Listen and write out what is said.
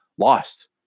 lost